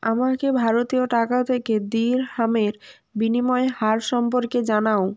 আমাকে ভারতীয় টাকা থেকে দিরহামের বিনিময় হার সম্পর্কে জানাও